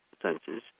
senses